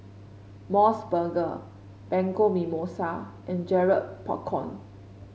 MOS burger Bianco Mimosa and Garrett Popcorn